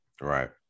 right